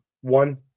One